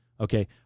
Okay